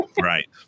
Right